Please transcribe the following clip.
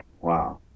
Wow